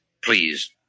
Please